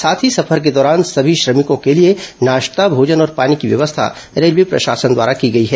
साथ ही सफर के दौरान सभी श्रमिकों के लिए नाश्ता भोजन और पानी की व्यवस्था रेलवे प्रशासन द्वारा की गई है